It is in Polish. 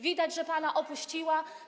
Widać, że pana opuściła.